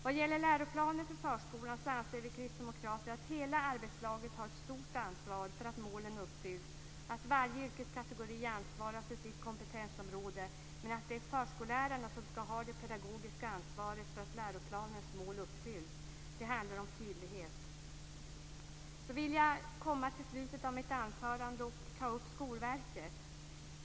Vad gäller läroplanen för förskolan anser vi kristdemokrater att hela arbetslaget har ett stort ansvar för att målen uppfylls, att varje yrkeskategori ansvarar för sitt kompetensområde, men att det är förskollärarna som skall ha det pedagogiska ansvaret för att läroplanens mål uppfylls. Det handlar om tydlighet. Nu vill jag komma till slutet av mitt anförande och ta upp Skolverket.